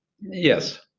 Yes